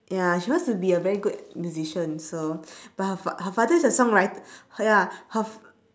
ya she wants to be a very good musician so but her fa~ her father is a song writer ya her f~